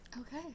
okay